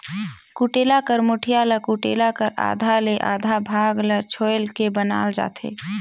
कुटेला कर मुठिया ल कुटेला कर आधा ले आधा भाग ल छोएल के बनाल जाथे